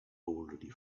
already